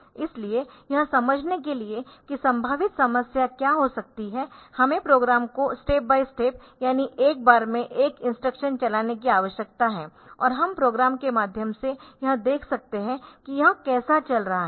इसलिए यह समझने के लिए कि संभावित समस्या क्या हो सकती है हमें प्रोग्राम को स्टेप बाय स्टेप यानि एक बार में एक इंस्ट्रक्शन चलाने की आवश्यकता हैऔर हम प्रोग्राम के माध्यम से यह देख सकते है कि यह कैसा चल रहा है